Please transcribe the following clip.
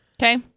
Okay